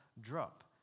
drop